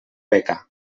beca